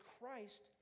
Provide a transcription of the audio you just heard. Christ